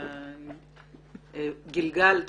אלא גלגלת,